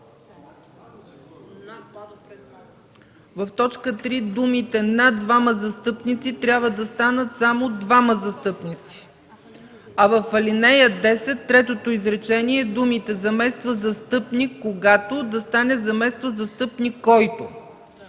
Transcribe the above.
В т. 3 думите „на двама застъпници” трябва да станат само „двама застъпници”, а в ал. 10, третото изречение думите „замества застъпник, когато” да стане „замества застъпник, който”.